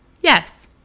Yes